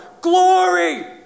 glory